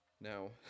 Now